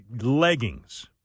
leggings